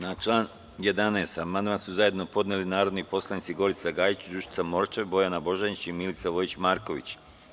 Na član 11. amandman su zajedno podnele narodni poslanici Gorica Gajić, Dušica Morčev, Bojana Božanić i Milica Vojić Marković.